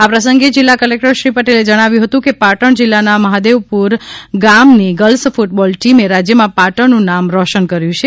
આ પ્રસંગે જિલ્લા કલેક્ટર શ્રી પટેલે જણાવ્યું હતું કે પાટણ જિલ્લાના મહાદેવુપર ગામની ગર્લ્સ ફ્ટબોલ ટીમે રાજ્યમાં પાટણનું નામ રોશન કર્યું છે